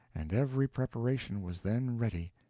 and every preparation was then ready,